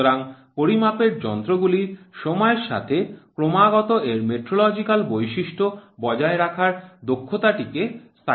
সুতরাং পরিমাপের যন্ত্র গুলির সময়ের সাথে ক্রমাগত এর মেট্রোলজিকাল বৈশিষ্ট্য বজায় রাখার দক্ষতাটিকে স্থায়িত্ব বলে